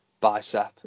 bicep